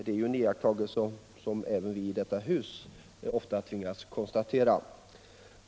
Det är en iakttagelse som även vi i detta hus många gånger tvingas göra.